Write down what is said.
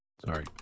Sorry